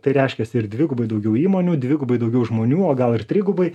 tai reiškiasi ir dvigubai daugiau įmonių dvigubai daugiau žmonių o gal ir trigubai